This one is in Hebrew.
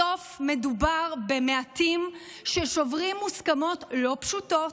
בסוף מדובר במעטים ששוברים מוסכמות לא פשוטות.